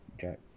Jack